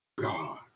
God